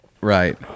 Right